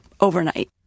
overnight